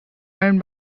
own